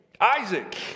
Isaac